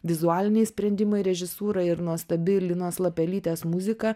vizualiniai sprendimai režisūra ir nuostabi linos lapelytės muzika